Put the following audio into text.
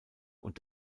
und